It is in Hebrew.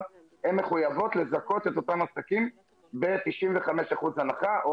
הן מחויבות לזכות אותן עסקים ב-95% הנחה,